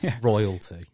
royalty